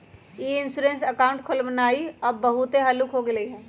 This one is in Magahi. ई इंश्योरेंस अकाउंट खोलबनाइ अब बहुते हल्लुक हो गेलइ ह